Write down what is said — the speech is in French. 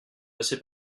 passé